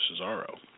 Cesaro